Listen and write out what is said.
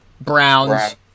Browns